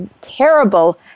terrible